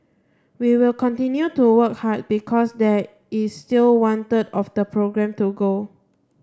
we will continue to work hard because there is still one third of the programme to go